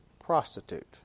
prostitute